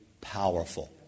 powerful